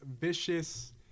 vicious